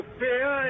fear